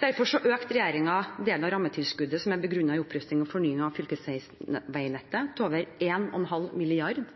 Derfor økte regjeringen delen av rammetilskuddet som er begrunnet i opprusting og fornying av fylkesveinettet, til